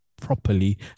properly